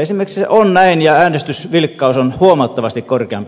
esimerkiksi ruotsissa on listavaali ja äänestysvilkkaus on huomattavasti korkeampi kuin meillä